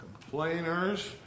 complainers